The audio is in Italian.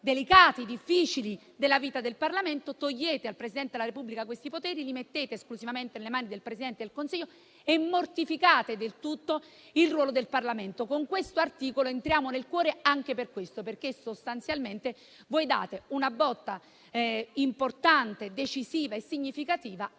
delicati e difficili della vita del Parlamento. Togliete al Presidente della Repubblica questi poteri, li mettete esclusivamente nelle mani del Presidente del Consiglio e mortificate del tutto il ruolo del Parlamento. Con questo articolo entriamo nel cuore della riforma anche per questo, perché sostanzialmente date una botta importante, decisiva e significativa